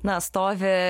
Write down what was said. na stovi